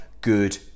good